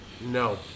No